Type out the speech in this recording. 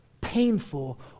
painful